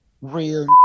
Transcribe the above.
real